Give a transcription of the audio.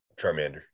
Charmander